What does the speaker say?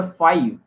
five